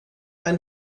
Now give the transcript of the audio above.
ein